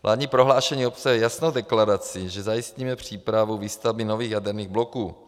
Vládní prohlášení obsahuje jasnou deklaraci, že zajistíme přípravu výstavby nových jaderných bloků.